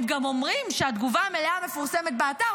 הם גם אומרים שהתגובה המלאה מפורסמת באתר,